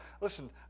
Listen